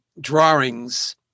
drawings